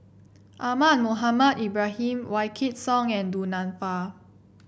Ahmad Mohamed Ibrahim Wykidd Song and Du Nanfa